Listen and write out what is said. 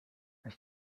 ich